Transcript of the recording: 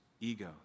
ego